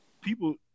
People